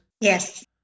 Yes